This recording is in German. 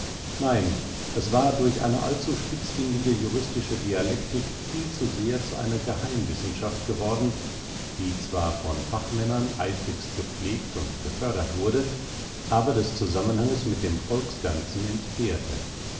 nein es war durch eine allzu spitzfindige juristische dialektik viel zu sehr zu einer geheimwissenschaft geworden die zwar von fachmännern eifrigst gepflegt und gefördert wurde aber des zusammenhanges mit dem volksganzen entbehrte